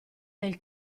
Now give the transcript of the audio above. del